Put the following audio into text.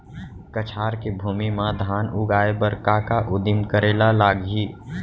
कछार के भूमि मा धान उगाए बर का का उदिम करे ला लागही?